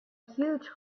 huge